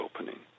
opening